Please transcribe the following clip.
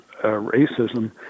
racism